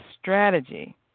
strategy